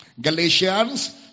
Galatians